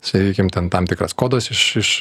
sakykim ten tam tikras kodas iš iš